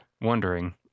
wondering